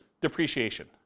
depreciation